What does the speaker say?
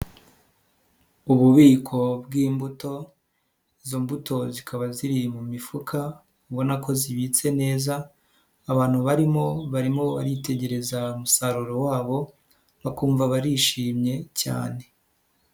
Ububiko bw'imbuto, izo mbuto zikaba ziri mu mifuka ubona ko zibitse neza, abantu barimo barimo baritegereza umusaruro wabo bakumva barishimye cyane.